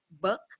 book